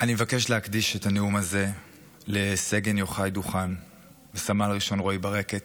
אני מבקש להקדיש את הנאום הזה לסגן יוחאי דוכן ולסמל ראשון רועי ברקת,